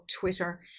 Twitter